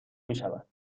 میشود